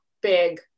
big